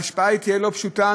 ההשפעה תהיה לא פשוטה,